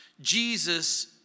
Jesus